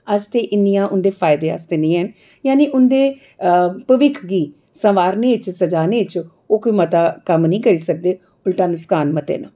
आस्तै उं'दे फायदेमंद आस्तै निं हैन जानि के उं'दे भविक्ख गी सवारनें च सजाने च ओह् कोई मता कम्म निं करी सकदे उल्टा नसकान मते न